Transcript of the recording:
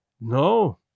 No